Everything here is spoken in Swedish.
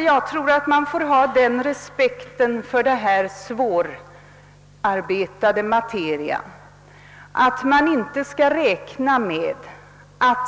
Jag tror att man får ha den respekten för denna svårarbetade materia att man inte skall räkna med att